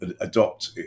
adopt